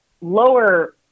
lower